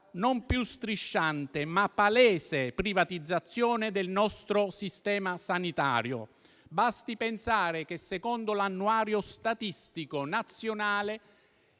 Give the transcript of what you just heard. non più strisciante, ma palese privatizzazione del nostro sistema sanitario. Basti pensare che secondo l'annuario statistico nazionale